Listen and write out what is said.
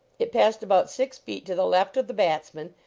it passed about six feet to the left of the bats man,